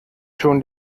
schon